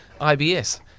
IBS